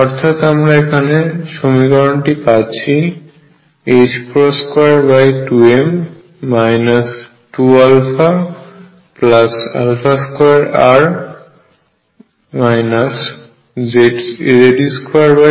অর্থাৎ আমরা এখন সমীকরণটি পাচ্ছি 22m 2α2r Ze24π0rEr